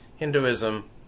Hinduism